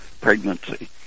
pregnancy